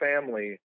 family